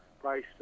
price